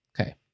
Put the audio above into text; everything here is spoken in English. Okay